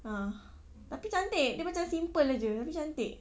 ah tapi cantik dia macam simple saja tapi cantik